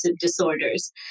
disorders